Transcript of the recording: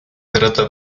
trata